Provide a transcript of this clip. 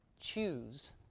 choose